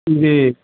जी